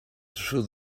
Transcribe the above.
through